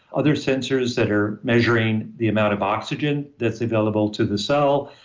other sensors that are measuring the amount of oxygen that's available to the cell,